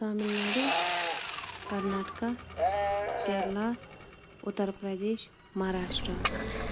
Tamil Nadu Karnataka Kerala Uttar Pradesh Maharashtra